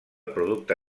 producte